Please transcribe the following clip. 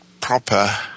proper